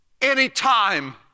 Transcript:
anytime